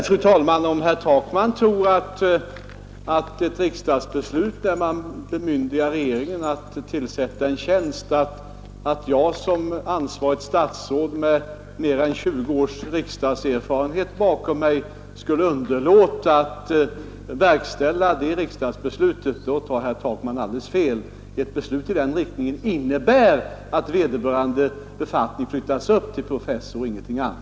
Fru talman! Om herr Takman tror att när det föreligger ett riksdagsbeslut, där man bemyndigar regeringen att tillsätta en tjänst, skulle jag som ansvarigt statsråd med mer än tjugo års riksdagserfarenhet bakom mig underlåta att verkställa det riksdagsbeslutet, då tar herr Takman alldeles fel. Ett beslut i den riktning utskottet föreslår innebär att vederbörande befattning flyttas upp till professur och ingenting annat.